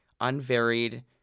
unvaried